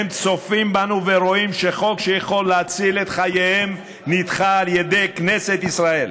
הם צופים בנו ורואים שחוק שיכול להציל את חייהם נדחה על ידי כנסת ישראל.